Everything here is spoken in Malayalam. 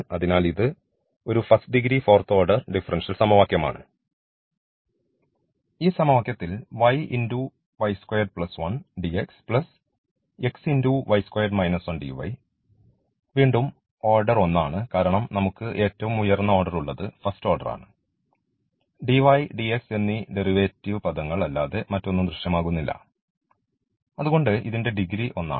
അതിനാൽ ഇത് ഒരു first degree fourth order differential സമവാക്യം ആണ് ഈ സമവാക്യത്തിൽ വീണ്ടും ഓർഡർ 1 ആണ് കാരണം നമുക്ക് ഏറ്റവും ഉയർന്ന ഓർഡർ ഉള്ളത് ഫസ്റ്റ് ഓർഡറാണ് dy dx എന്നീഡെറിവേറ്റീവ് പദങ്ങൾ അല്ലാതെ മറ്റൊന്നും ദൃശ്യമാകുന്നില്ല അതുകൊണ്ട് ഇതിൻറെ ഡിഗ്രി ഒന്നാണ്